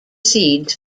seeds